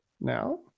Now